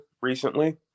recently